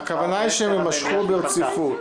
הכוונה שהן יימשכו ברציפות.